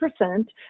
percent